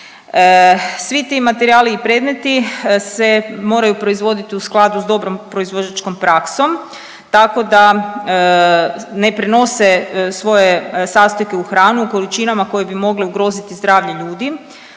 Svi ti materijali i premeti se moraju proizvoditi u skladu s dobrom proizvođačkom praksom tako da ne prenose svoje sastojke u hranu u količinama koje bi mogle ugroziti zdravlje ljudi,